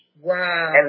Wow